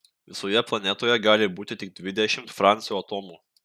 visoje planetoje gali būti tik dvidešimt francio atomų